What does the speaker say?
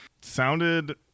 sounded